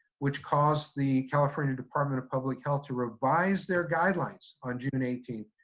which caused the california department of public health to revise their guidelines on june eighteenth,